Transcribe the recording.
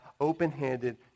open-handed